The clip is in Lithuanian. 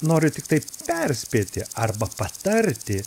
noriu tiktai perspėti arba patarti